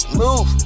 move